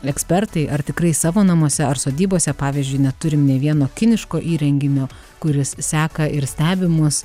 ekspertai ar tikrai savo namuose ar sodybose pavyzdžiui neturim nė vieno kiniško įrenginio kuris seka ir stebi mus